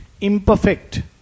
imperfect